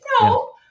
no